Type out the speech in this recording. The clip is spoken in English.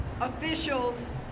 officials